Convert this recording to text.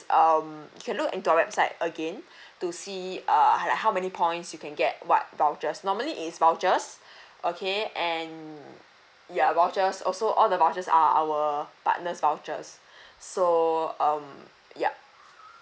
um you can look into our website again to see err like how many points you can get what vouchers normally it's vouchers okay and ya vouchers also all the vouchers are our partners' vouchers so um yup